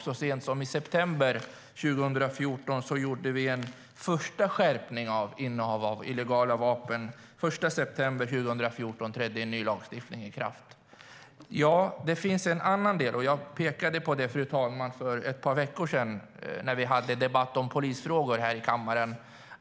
Så sent som i september 2014 gjorde vi en första skärpning av innehav av illegala vapen - den 1 september 2014 trädde en ny lagstiftning i kraft. Det finns en annan del, och jag pekade på den för ett par veckor sedan i samband med en debatt om polisfrågor i kammaren.